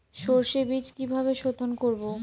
সর্ষে বিজ কিভাবে সোধোন করব?